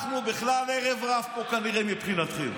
אנחנו בכלל ערב רב פה, כנראה, מבחינתכם.